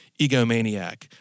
egomaniac